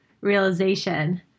realization